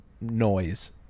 noise